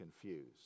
confused